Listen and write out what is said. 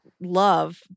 love